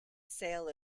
sale